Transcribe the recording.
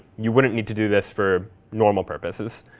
you wouldn't need to do this for normal purposes.